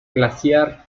glaciar